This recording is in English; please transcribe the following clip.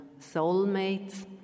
soulmates